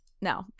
no